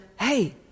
hey